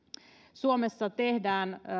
suomessa tehdään